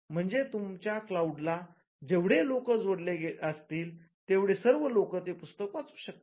म्हणजेच तुमच्या क्लाऊडला जेवढे लोक जोडलेले असतील तेवढे सर्व लोकं ते पुस्तक वाचू शकतात